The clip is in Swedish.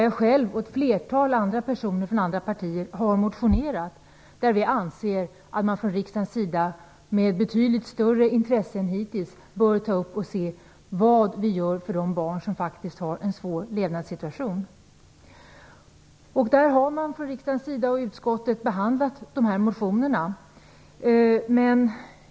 Jag själv och ett flertal andra personer från andra partier har motionerat och framfört att vi anser att riksdagen med betydligt större intresse än hittills bör se vad vi gör för de barn som faktiskt har en svår levnadssituation. Riksdagen och utskottet har behandlat de här motionerna.